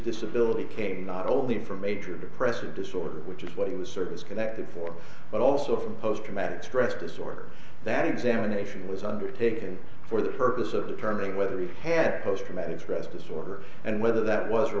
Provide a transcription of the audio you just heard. disability came not only for major depressive disorder which is what he was service connected for but also for post traumatic stress disorder that examination was undertaken for the purpose of determining whether he had post traumatic stress disorder and whether that was